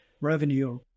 revenue